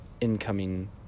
incoming